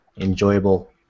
enjoyable